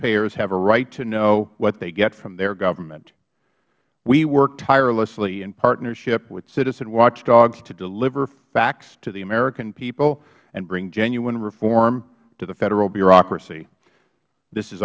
payers have a right to know what they get from their government we work tirelessly in partnership with citizen watchdogs to deliver facts to the american people and bring genuine reform to the federal bureaucracy this is